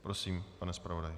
Prosím, pane zpravodaji.